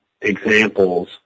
examples